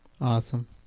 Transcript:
Awesome